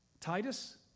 Titus